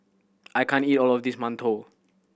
I can't eat all of this mantou